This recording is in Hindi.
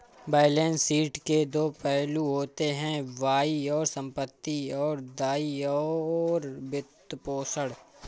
बैलेंस शीट के दो पहलू होते हैं, बाईं ओर संपत्ति, और दाईं ओर वित्तपोषण